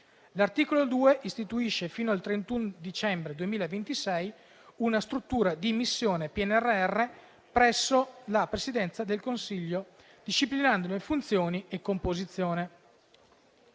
L'articolo 2 istituisce - fino al 31 dicembre 2026 - una Struttura di missione PNRR presso la Presidenza del Consiglio, disciplinandone funzioni e composizione.